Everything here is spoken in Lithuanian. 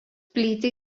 plyti